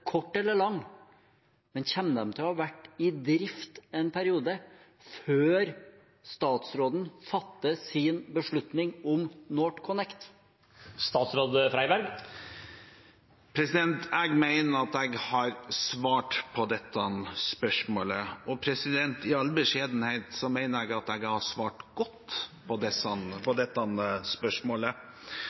kort eller lang, før statsråden fatter sin beslutning om NorthConnect? Jeg mener at jeg har svart på dette spørsmålet. I all beskjedenhet mener jeg at jeg har svart godt på dette spørsmålet. Stortinget har lagt føringer for hvordan dette